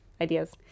Ideas